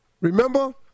Remember